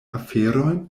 aferojn